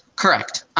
correct.